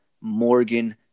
Morgan